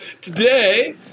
today